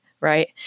Right